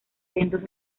sendos